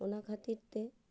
ᱚᱱᱟᱠᱷᱟᱹᱛᱤᱨ ᱛᱮ